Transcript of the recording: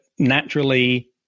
naturally